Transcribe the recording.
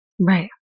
Right